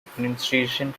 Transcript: administration